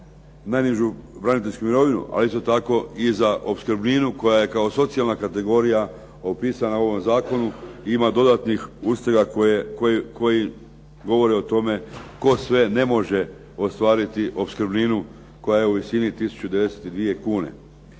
najnižu braniteljsku mirovinu, ali isto tako i za opskrbninu, koja je kao socijalna kategorija opisana u ovom zakonu, ima dodatnih ustroja koji govore o tome tko sve ne može ostvariti opskrbninu koja je u visini 1092 kune.